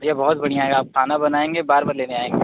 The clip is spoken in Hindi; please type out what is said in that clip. भैया बहुत बढ़िया है आप खाना बनाएंगे बार बार लेने आएंगे